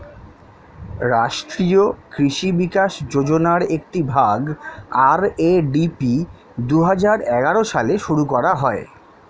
রাষ্ট্রীয় কৃষি বিকাশ যোজনার একটি ভাগ, আর.এ.ডি.পি দুহাজার এগারো সালে শুরু করা হয়